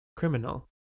Criminal